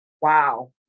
Wow